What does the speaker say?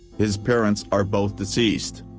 his parents are both deceased.